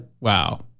wow